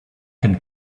can